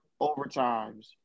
overtimes